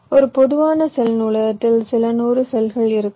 ஒரு பொதுவான செல் நூலகத்தில் சில நூறு செல்கள் இருக்கலாம்